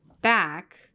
back